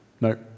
no